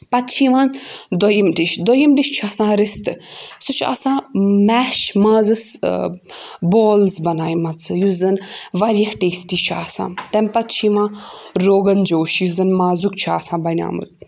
پَتہٕ چھِ یِوان دوٚیُم ڈِش دوٚیُم ڈِش چھُ آسان رِستہٕ سُہ چھُ آسان میش مازَس بولٕز بَناوِمَژٕ یُس زَن واریاہ ٹیسٹی چھُ آسان تَمہِ پَتہٕ چھُ یِوان روگَن جوش یُس زَن مازُک چھُ آسان بَنیومُت